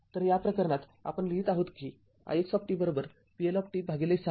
तर या प्रकरणातआपण लिहीत आहोत कि ix vL ६ आहे